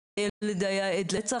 ילד היה עד לרצח,